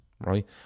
right